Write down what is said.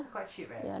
quite cheap eh